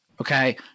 okay